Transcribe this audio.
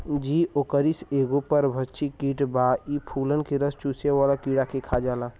Geocoris एगो परभक्षी कीट बा इ फूलन के रस चुसेवाला कीड़ा के खा जाला